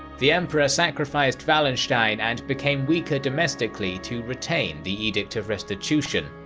the emperor sacrificed wallenstein and became weaker domestically to retain the edict of restitution,